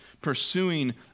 pursuing